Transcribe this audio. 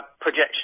projection